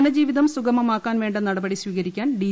ജ്നജീവിതം സുഗമമാക്കാൻ വേണ്ട നടപടി സ്വീകരിക്കാൻ ഡി